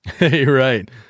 Right